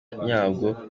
nyabwo